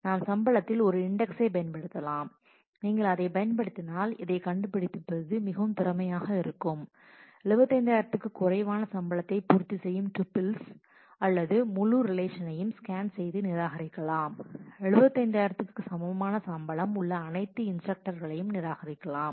நாம் சம்பளத்தில் ஒரு இண்டெக்ஸ் பயன்படுத்தலாம் நீங்கள் அதைப் பயன்படுத்தினால் அதைக் கண்டுபிடிப்பது மிகவும் திறமையாக இருக்கும் 75000 க்கும் குறைவான சம்பளத்தை பூர்த்தி செய்யும் டூப்பிள்ஸ் அல்லது முழு ரிலேஷனையும் ஸ்கேன் செய்து நிராகரிக்கலாம் 75000 க்கு சமமான சம்பளம் உள்ள அனைத்து இன்ஸ்டரக்டர்களையும் நிராகரிக்கலாம்